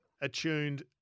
attuned